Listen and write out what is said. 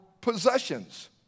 possessions